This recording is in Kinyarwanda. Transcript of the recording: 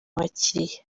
abakiliya